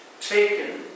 taken